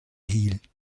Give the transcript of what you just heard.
hielt